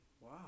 Wow